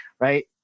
Right